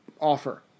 offer